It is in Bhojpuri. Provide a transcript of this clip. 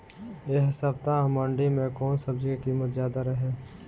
एह सप्ताह मंडी में कउन सब्जी के कीमत ज्यादा रहे?